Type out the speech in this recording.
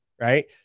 Right